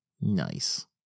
Nice